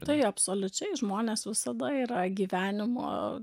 tai absoliučiai žmonės visada yra gyvenimo